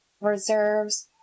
reserves